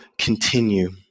continue